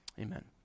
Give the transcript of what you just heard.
Amen